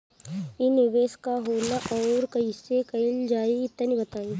इ निवेस का होला अउर कइसे कइल जाई तनि बताईं?